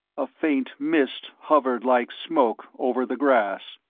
a faint mist hovered like smoke over the grass.